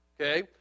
okay